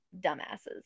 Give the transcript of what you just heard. dumbasses